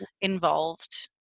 involved